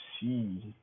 see